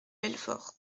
belfort